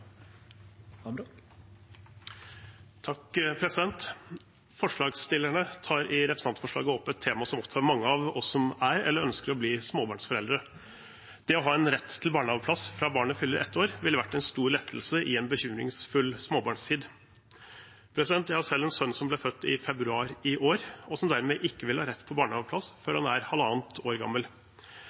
Forslagsstillerne tar i representantforslaget opp et tema som opptar mange av oss som er eller ønsker å bli småbarnsforeldre. Det å ha en rett til barnehageplass fra barnet fyller ett år, ville vært en stor lettelse i en bekymringsfull småbarnstid. Jeg har selv en sønn som ble født i februar i år, og som dermed ikke vil ha rett på barnehageplass før han er halvannet år gammel.